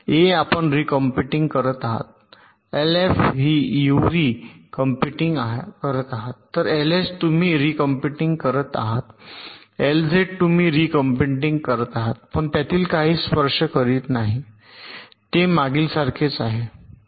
ए आपण re computing करत आहात एलएफ यू री कंप्यूटिंग करत आहात तर एलएच तुम्ही री कंप्यूटिंग करत आहात एलझेड तुम्ही री कॉम्प्यूटिंग करत आहात पण त्यातील काही आपण स्पर्श करीत नाही ते मागील सारखेच राहतील